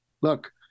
look